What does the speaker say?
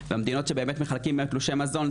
המדינות שבאמת מחלקים תלושי מזון,